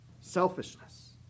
Selfishness